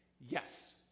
Yes